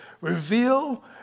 reveal